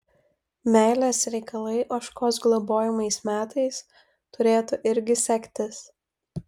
meilės reikalai ožkos globojamais metais turėtų irgi sektis